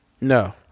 no